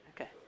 Okay